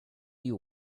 you